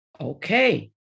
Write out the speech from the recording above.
Okay